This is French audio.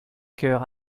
coeur